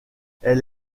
elle